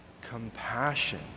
Compassion